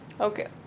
Okay